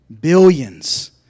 Billions